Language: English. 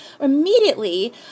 immediately